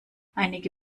einige